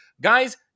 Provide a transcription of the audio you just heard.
Guys